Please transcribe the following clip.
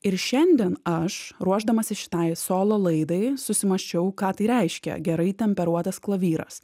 ir šiandien aš ruošdamasis šitai solo laidai susimąsčiau ką tai reiškia gerai temperuotas klavyras